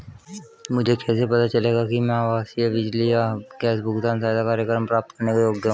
मुझे कैसे पता चलेगा कि मैं आवासीय बिजली या गैस भुगतान सहायता कार्यक्रम प्राप्त करने के योग्य हूँ?